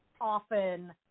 often